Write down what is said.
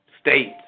states